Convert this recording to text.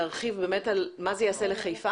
אתה רוצה להרחיב ולומר מה זה יעשה לחיפה?